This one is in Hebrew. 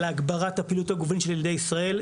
להגברת הפעילות הגופנית של ילדי ישראל,